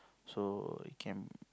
so can